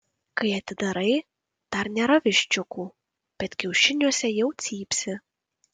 kai atidarai dar nėra viščiukų bet kiaušiniuose jau cypsi